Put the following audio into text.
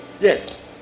Yes